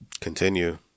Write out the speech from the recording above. continue